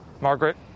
Margaret